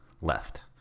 left